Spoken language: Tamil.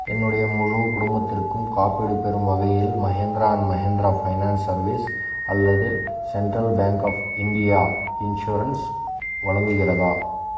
என்னுடைய முழு குடும்பத்திருக்கும் காப்பீடு பெறும் வகையில் Mahindra and Mahindra finance services அல்லது central bank of India insurance வழங்குகிறதா